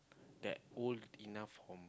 that old enough for